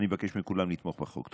אני מבקש מכולם לתמוך בחוק.